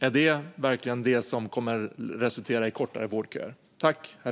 Är det verkligen det som kommer att resultera i kortare vårdköer?